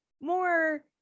more